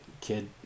kid